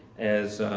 as